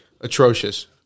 Atrocious